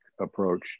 approach